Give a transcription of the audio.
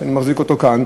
שאני מחזיק אותו כאן,